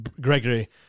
Gregory